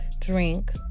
drink